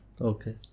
Okay